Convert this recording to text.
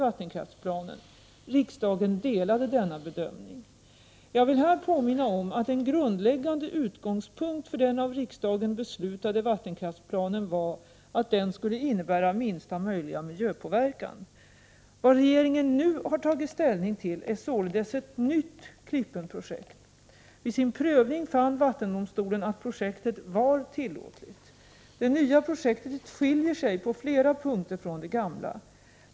Jag vill här påminna om att en grundläggande utgångspunkt för den av riksdagen beslutade vattenkraftsplanen var att den skulle innebära minsta möjliga miljöpåverkan. Vad regeringen nu har tagit ställning till är således ett nytt Klippen projekt. Vid sin prövning fann vattendomstolen att projektet var tillåtligt. Det nya projektet skiljer sig på flera punkter från det gamla.